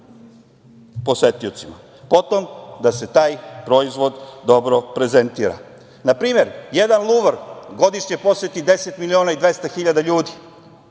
posetiocima, potom da se taj proizvod dobro prezentira. Na primer, jedan Luvr godišnje poseti 10.200.000 ljudi,